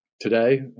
today